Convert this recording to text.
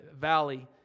valley